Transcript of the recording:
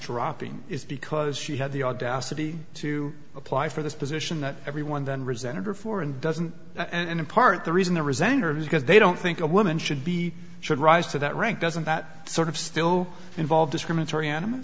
dropping is because she had the audacity to apply for this position that everyone then resented her for and doesn't and in part the reason they're resenting her is because they don't think a woman should be should rise to that rank doesn't that sort of still involve discriminatory animals